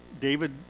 David